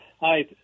Hi